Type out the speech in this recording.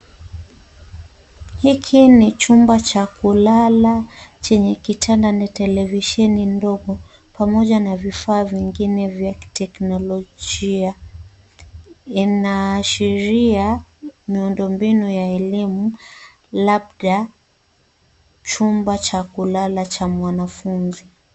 Hiki ni chumba cha kulala chenye kitanda na televisheni ndogo pamoja na vifaa vingine vya teknolojia. Inaashiria miundombinu ya elimu, labda chumba cha kulala cha mwanafunzi.